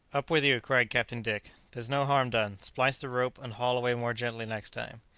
up with you! cried captain dick there's no harm done splice the rope, and haul away more gently next time.